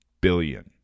billion